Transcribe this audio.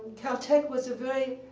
caltech was a very